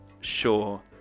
sure